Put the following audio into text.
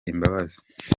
imbabazi